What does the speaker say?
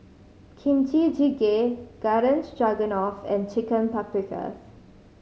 Kimchi Jjigae Garden Stroganoff and Chicken Paprikas